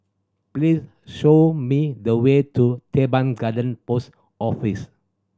please show me the way to Teban Garden Post Office